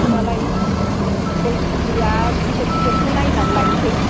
होमब्लालाय गय फुलिया गिदिर गिदिरखौ नायनानै लायनोसै